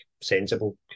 sensible